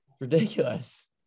ridiculous